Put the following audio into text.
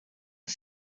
are